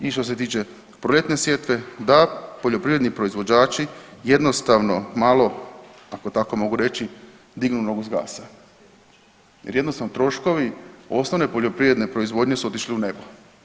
I što se tiče proljetne sjetve da poljoprivredni proizvođači jednostavno malo ako tako mogu reći dignu nogu s gasa jer jednostavno troškovi osnovne poljoprivredne proizvodnje su otišli u nebo.